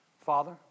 Father